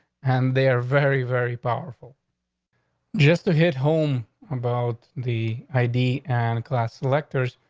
and they're very, very powerful just to hit home about the i. d and class electors,